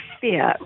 fear